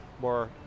more